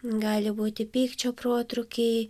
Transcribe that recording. gali būti pykčio protrūkiai